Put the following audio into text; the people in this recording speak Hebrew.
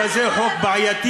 החוק הזה הוא חוק בעייתי ביותר,